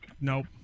Nope